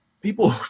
People